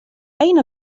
أين